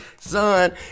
Son